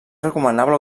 recomanable